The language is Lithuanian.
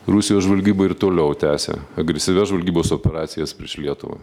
rusijos žvalgyba ir toliau tęsia agresyvias žvalgybos operacijas prieš lietuvą